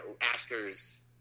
actors